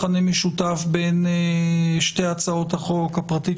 שהוא מופיע בהצעת החוק הממשלתית,